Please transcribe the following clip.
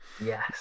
Yes